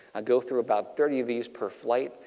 ah go through about thirty of these per flight.